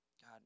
God